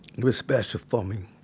it was special for me.